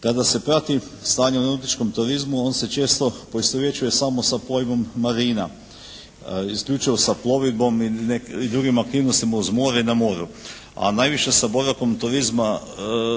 Kada se prati stanje u nautičkom turizmu on se često poistovjećuje samo sa pojmom marina, isključivo sa plovidbom i drugim aktivnostima uz more i na moru, a najviše s